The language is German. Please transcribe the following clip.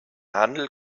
handel